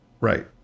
Right